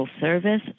service